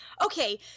Okay